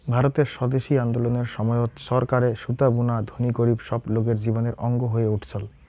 ভারতের স্বদেশি আন্দোলনের সময়ত চরকারে সুতা বুনা ধনী গরীব সব লোকের জীবনের অঙ্গ হয়ে উঠছল